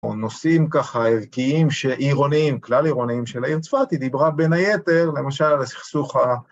או נושאים ככה ערכיים שעירוניים, כלל עירוניים של העיר צפת, היא דיברה בין היתר, למשל, על הסכסוך ה...